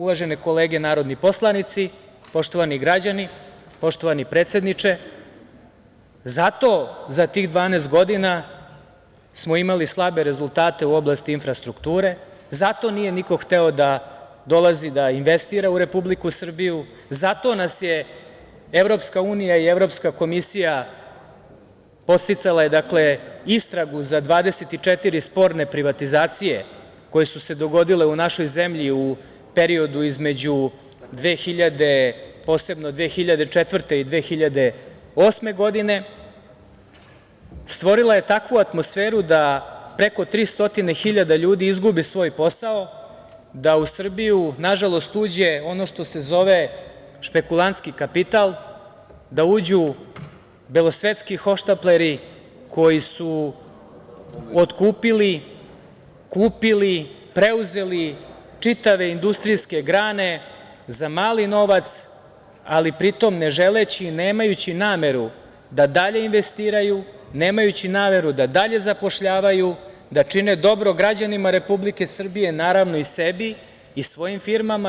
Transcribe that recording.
Uvažene kolege narodni poslanici, poštovani građani, poštovani predsedniče, zato za tih 12 godina smo imali slabe rezultate u oblasti infrastrukture, zato nije niko hteo da dolazi da investira u Republiku Srbiju, zato su EU i Evropska komisija podsticale istragu za 24 sporne privatizacije koje su se dogodile u našoj zemlji u periodu između 2000, posebno 2004. i 2008. godine, i stvorila je takvu atmosferu da preko tri stotine hiljada ljudi izgube svoj posao, da u Srbiju, nažalost uđe ono što se zove špekulanski kapital, da uđu belosvetskih hohštapleri koji su otkupili, kupili, preuzeli čitave industrijske grane za mali novac, ali pri tome ne želeći i nemajući nameru da dalje investiraju, nemajući nameru da dalje zapošljavaju, da čine dobro građanima Republike Srbije, naravno i sebi i svojim firmama.